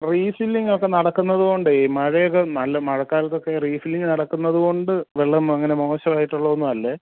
റീഫില്ലിങ്ങൊക്കെ നടക്കുന്നതുകൊണ്ടേ മഴയൊക്കെ നല്ല മഴക്കാലത്തൊക്കെ റീഫില്ലിങ്ങ് നടക്കുന്നതുകൊണ്ട് വെള്ളം അങ്ങനെ മോശമായിട്ടുള്ളതൊന്നുമല്ലേ